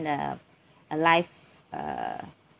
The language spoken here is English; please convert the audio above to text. a a life uh